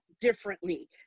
differently